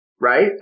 right